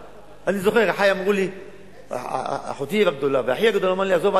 אני זוכר שאחותי הגדולה ואחי הגדול אמרו לי: עזוב,